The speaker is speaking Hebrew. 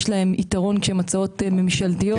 יש להן יתרון כשהן הצעות ממשלתיות.